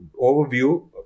overview